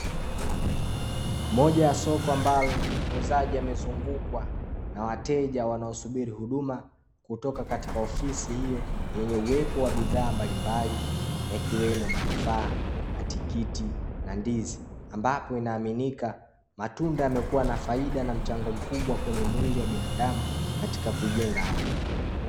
Moja ya soko ambalo muuzaji amezungukwa na wateja wanaosubiri huduma, kutoka katika ofisi hiyo yenye uwepo wa bidhaa mbalimbali yakiwemo matofaa, matikiti na ndizi. Ambapo inaaminika matunda yamekua na faida na mchango mkubwa kwenye mwili wa binadamu katika kujenga afya.